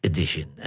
Edition